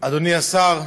אדוני השר,